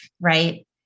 right